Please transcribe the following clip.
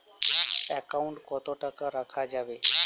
Account কত টাকা রাখা যাবে?